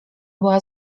była